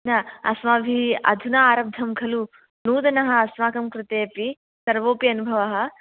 न अस्माभिः अधुना आरब्धं खलु नूतनः अस्माकं कृते अपि सर्वोपि अनुभवः